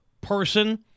person